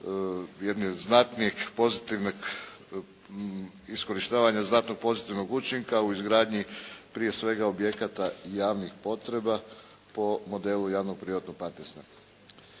jednog znatnijeg pozitivnog iskorištavanja znatnog pozitivnog učinka u izgradnji prije svega objekata javnih potreba po modelu javno-privatnog partnerstva.